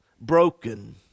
broken